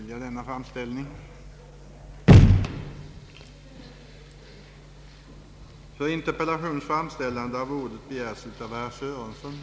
Är något förslag till statlig psykoterapiutbildning att vänta under innevarande år?